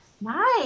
Nice